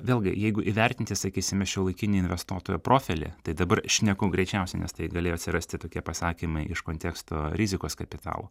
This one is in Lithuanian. vėlgi jeigu įvertinti sakysime šiuolaikinį investuotojo profilį tai dabar šneku greičiausia nes tai galėjo atsirasti tokie pasakymai iš konteksto rizikos kapitalo